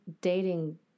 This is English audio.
dating